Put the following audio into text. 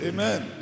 Amen